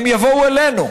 הם יבואו אלינו.